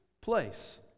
place